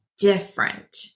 different